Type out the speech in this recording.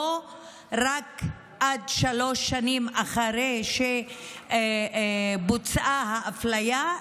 רק עד שלוש שנים אחרי שבוצעה האפליה,